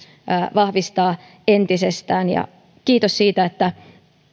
vahvistaa entisestään kiitos siitä että